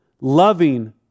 Loving